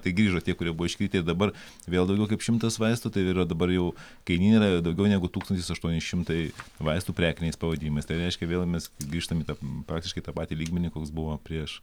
tai grįžo tie kurie buvo iškritę ir dabar vėl daugiau kaip šimtas vaistų tai yra dabar jau kainyne yra daugiau negu tūkstantis aštuoni šimtai vaistų prekiniais pavadinimais tai reiškia vėl mes grįžtam į tą praktiškai tą patį lygmenį koks buvo prieš